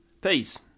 peace